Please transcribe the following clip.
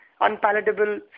unpalatable